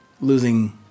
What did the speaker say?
losing